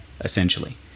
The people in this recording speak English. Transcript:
essentially